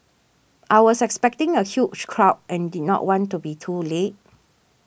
I was expecting a huge crowd and did not want to be too late